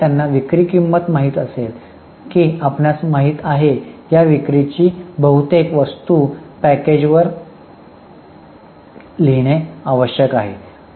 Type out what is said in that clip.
तथापि त्यांना विक्री किंमत माहित असेल की आपणास माहित आहे की विक्रीची बहुतेक वस्तू पॅकेजवर लिहिणे आवश्यक आहे